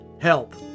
help